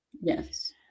yes